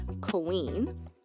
Queen